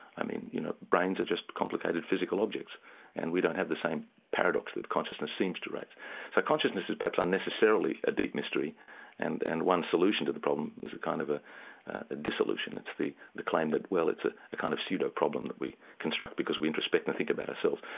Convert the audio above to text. i mean you know brains are just complicated physical objects and we don't have the same paradox that consciousness seems to raise. so consciousness is perhaps unnecessarily a deep mystery and and one solution to the problem is a kind of a dissolution, it's the the claim that well it's a a kind of pseudo-problem that we construct we introspect and think about ourselves.